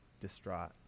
distraught